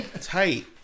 tight